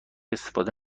استفاده